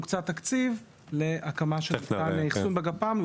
הוקצה תקציב להקמה של מתקן לאחסון הגפ"מ.